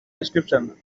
description